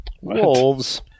Wolves